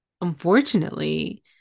unfortunately